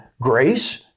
grace